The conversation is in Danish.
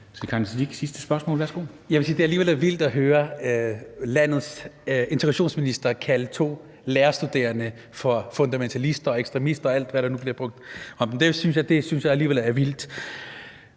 Sikandar Siddique (FG): Jeg vil sige, at det alligevel er lidt vildt at høre landets integrationsminister kalde to lærerstuderende for fundamentalister og ekstremister og alt, hvad der nu bliver sagt – det synes jeg alligevel er vildt.